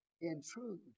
intrude